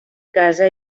casa